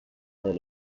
del